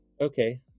okay